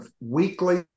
weekly